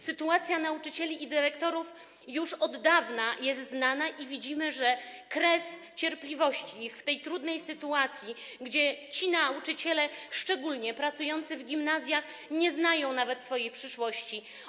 Sytuacja nauczycieli i dyrektorów już od dawna jest znana i widzimy kres ich cierpliwości w tej trudnej sytuacji, w której ci nauczyciele, szczególnie pracujący w gimnazjach, nie znają nawet swojej przyszłości.